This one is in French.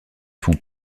font